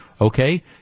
Okay